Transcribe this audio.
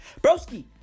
Broski